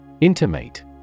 Intimate